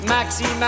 Maxi